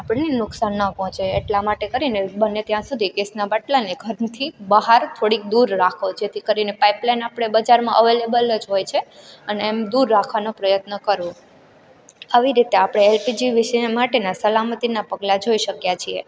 આપણને નુકસાન ન પહોંચે એટલા માટે કરીને બને ત્યાં સુધી ગેસનાં બાટલાને ઘરની બહાર થોડીક દૂર રાખવો જેથી કરીને પાઇપ લાઇન આપણે બજારમાં અવેલેબલ જ હોય છે અને એમ દૂર રાખવાનો પ્રયત્ન કરવો આવી રીતે આપણે એલપીજી વિષે માટેના સલામતીનાં પગલાં જોઈ શક્યા છીએ